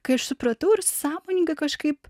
kai aš supratau ir sąmoningai kažkaip